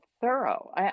thorough